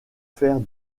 faire